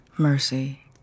mercy